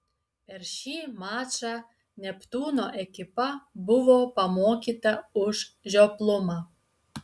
per šį mačą neptūno ekipa buvo pamokyta už žioplumą